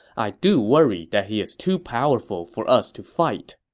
i do worry that he is too powerful for us to fight.